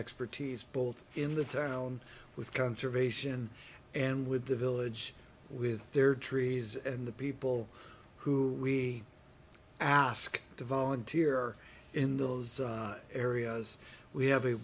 expertise both in the town with conservation and with the village with their trees and the people who we ask to volunteer in those areas we have a